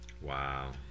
Wow